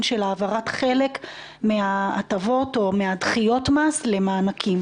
של העברת חלק מההטבות או מדחיות המס למענקים.